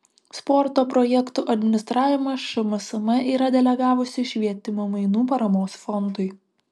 sporto projektų administravimą šmsm yra delegavusi švietimo mainų paramos fondui